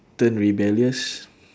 turn rebellious